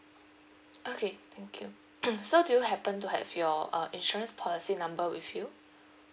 okay thank you so do you happen to have your uh insurance policy number with you